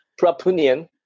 prapunian